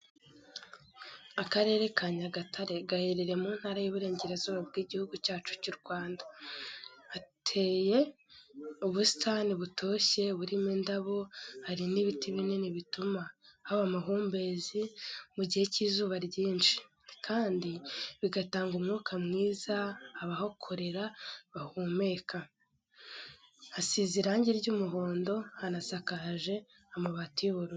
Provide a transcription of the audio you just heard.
Akarere ka Nyagatare gaherereye mu ntara y'Iburengerazuba bw'igihugu cyacu cyu Rwanda, hateye ubusitani butoshye burimo indabo, hari n'ibiti binini bituma haba amahumbezi mu gihe cy'izuba ryinshi, kandi bigatanga umwuka mwiza abahakorera bahumeka. Hasize irangi ry'umuhondo, hanasakaje amabati y'ubururu.